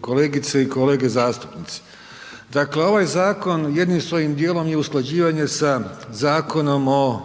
Kolegice i kolege zastupnici. Dakle ovaj zakon jednim svojim dijelom je usklađivanje sa Zakonom o